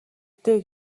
дээ